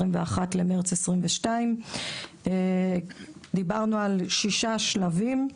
לבין מרץ 2022. דיברנו על ששה שלבים.